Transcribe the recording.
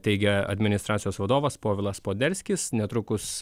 teigia administracijos vadovas povilas poderskis netrukus